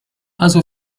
also